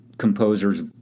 composers